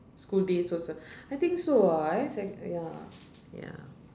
school days also I think so ah eh sec~ ya ya